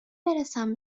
برسم